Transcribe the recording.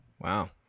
Wow